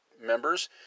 members